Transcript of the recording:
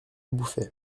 bouffay